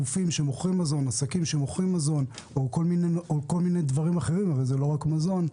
הרבה עסקים שמוכרים מזון או מוכרים כל מיני דברים אחרים ולא רק מזון,